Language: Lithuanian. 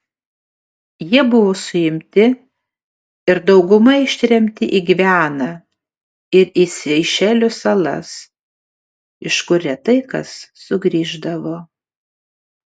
jie buvo suimti ir dauguma ištremti į gvianą ir į seišelių salas iš kur retai kas sugrįždavo